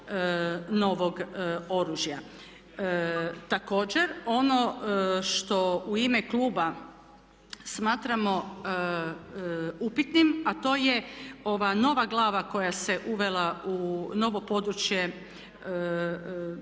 Također, ono što u ime kluba smatramo upitnim, a to je ova nova glava koja se uvela u novo područje,